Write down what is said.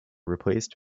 replaced